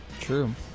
True